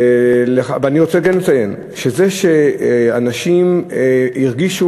ואני רוצה כן לציין שזה שאנשים הרגישו,